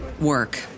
work